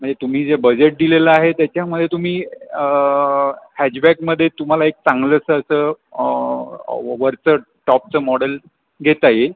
म्हणजे तुम्ही जे बजेट दिलेलं आहे त्याच्यामध्ये तुम्ही हॅजबॅकमध्ये तुम्हाला एक चांगलंसं असं वरचं टॉपचं मॉडल घेता येईल